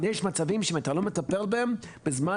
יש מצבים שאם אתה לא מטפל בהם בזמן